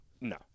No